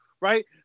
right